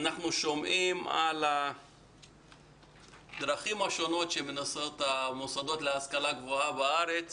אנחנו שומעים על הדרכים השונות שבהם מנסים המוסדות להשכלה גבוהה בארץ